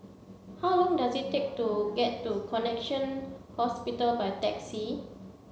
how long does it take to get to Connexion Hospital by taxi